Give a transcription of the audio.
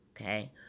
okay